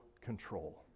control